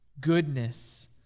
goodness